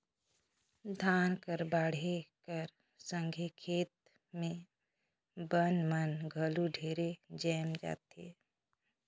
धान कर बाढ़े कर संघे खेत मे बन मन घलो ढेरे जाएम जाथे